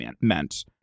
meant